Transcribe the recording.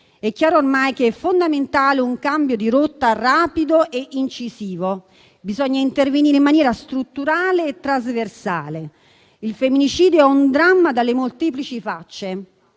È chiaro ormai che è fondamentale un cambio di rotta rapido e incisivo. Bisogna intervenire in maniera strutturale e trasversale. Il femminicidio è un dramma dalle molteplici facce.